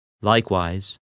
Likewise